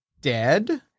dead